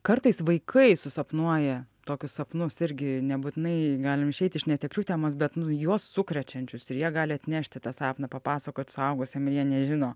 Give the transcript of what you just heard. kartais vaikai susapnuoja tokius sapnus irgi nebūtinai galim išeiti iš netekčių temos bet juos sukrečiančius ir jie gali atnešti tą sapną papasakot suaugusiem ir jie nežino